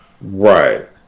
Right